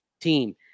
team